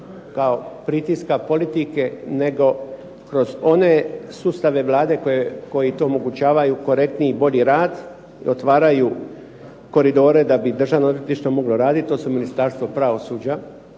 kao pritiska politike, nego kroz one sustave Vlade koji tu omogućavaju korektniji i bolji rad, otvaraju koridore da bi Državno odvjetništvo moglo raditi, to su Ministarstvo pravosuđa